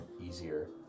easier